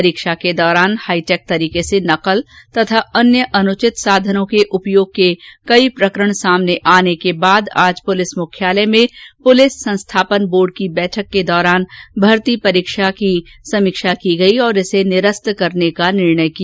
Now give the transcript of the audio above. परीक्षा के दौरान हाईटेक तरीके से नकल तथा अन्य अनुचित मामलों के कई प्रकरण सामने आने के बाद आज पुलिस मुख्यालय में पुलिस संस्थापन बोर्ड की बैठक के दौरान भर्ती परीक्षा की समीक्षा की गई और इसे निरस्त करने का निर्णय किया